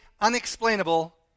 unexplainable